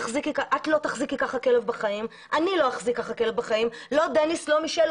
אני לא אחזיק ככה כלב בחיים וגם את לא וגם לא דניס ומישל,